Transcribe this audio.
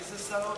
מי זה שר האוצר?